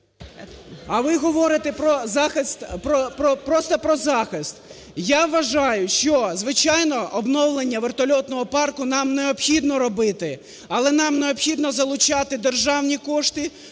захист… просто про захист. Я вважаю, що, звичайно, обновлення вертолітного парку нам необхідно робити, але нам необхідно залучати державні кошти,